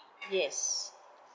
yes